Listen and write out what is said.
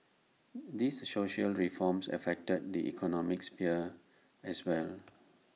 these social reforms affect the economic sphere as well